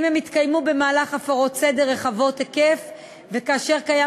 אם הם התקיימו במהלך הפרות סדר רחבות-היקף וכאשר קיים